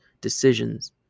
decisions